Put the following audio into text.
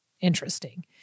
interesting